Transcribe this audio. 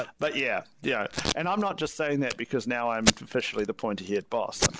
but but yeah. yeah and i'm not just saying that, because now i'm officially the pointy-head boss, and